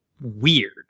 weird